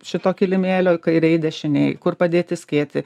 šito kilimėlio kairėj dešinėj kur padėti skėtį